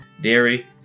dairy